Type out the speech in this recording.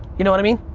you know what i mean?